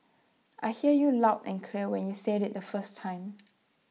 I heard you loud and clear when you said IT the first time